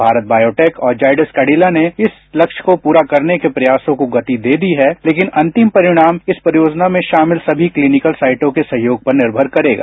भारत बायोटेक और जाइडस कैंडिला ने इस लक्ष्य को पूरा करने के प्रयासों को गति दे दी है लेकिन अंतिम परिणाम इस परियोजना में शामिल सभी क्लीनिकल साइटों के सहयोग पर निर्मर करेगा